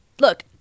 look